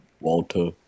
Walter